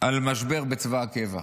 על משבר בצבא הקבע.